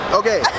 okay